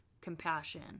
compassion